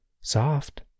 soft